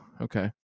Okay